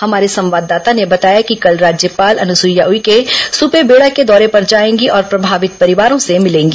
हमारे संवाददाता ने बताया कि कल राज्यपाल अनुसुईया उइके सुपेबेड़ा के दौरे पर जाएंगी और प्रभावित परिवारों से मिलेंगी